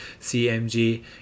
CMG